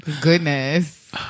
Goodness